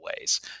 ways